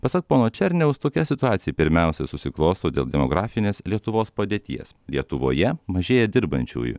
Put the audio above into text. pasak pono černiaus tokia situacija pirmiausia susiklosto dėl demografinės lietuvos padėties lietuvoje mažėja dirbančiųjų